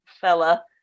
fella